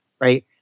right